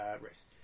race